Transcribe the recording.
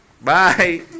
Bye